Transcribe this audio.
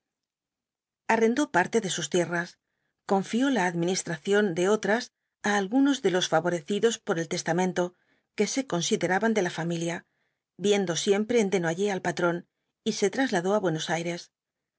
arrendó parte de sus tierras confió la administración de otras á algunos de los favorecidos por el testamento que se consideraban de la familia viendo siempre en desnoyers al patrón y se trasladó á buenos aires